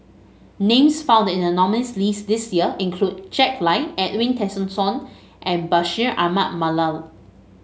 names found in the nominees list this year include Jack Lai Edwin Tessensohn and Bashir Ahmad Mallal